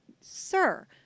sir